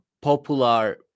popular